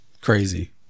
crazy